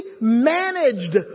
managed